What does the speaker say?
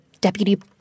deputy